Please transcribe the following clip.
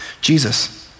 Jesus